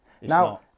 Now